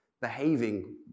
behaving